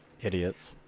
idiots